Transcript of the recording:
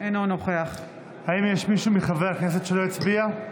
אינו נוכח האם יש מישהו מחברי הכנסת שלא הצביע?